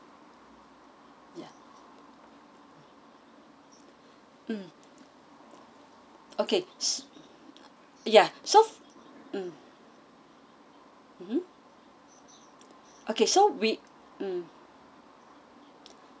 ya mm okay s~ ya so mm mmhmm okay so we mm